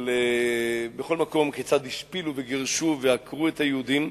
בכל מקום, כיצד השפילו וגירשו ועקרו את היהודים,